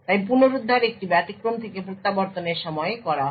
তাই পুনরুদ্ধার একটি ব্যতিক্রম থেকে প্রত্যাবর্তনের সময়ে করা হয়